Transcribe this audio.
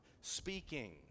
speaking